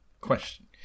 Question